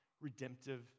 redemptive